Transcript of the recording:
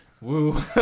woo